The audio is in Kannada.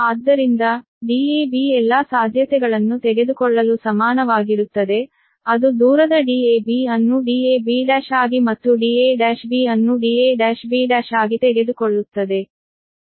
ಆದ್ದರಿಂದ dab ಎಲ್ಲಾ ಸಾಧ್ಯತೆಗಳನ್ನು ತೆಗೆದುಕೊಳ್ಳಲು ಸಮಾನವಾಗಿರುತ್ತದೆ ಅದು ದೂರದ dab ಅನ್ನು dab1 ಆಗಿ ಮತ್ತು da1b ಅನ್ನು da1b1 ಆಗಿ ತೆಗೆದುಕೊಳ್ಳುತ್ತದೆ